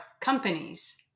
companies